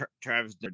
Travis